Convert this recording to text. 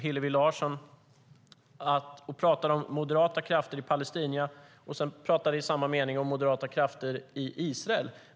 Hillevi Larsson pratar om moderata krafter i Palestina, och i samma mening pratar hon om moderata krafter i Israel.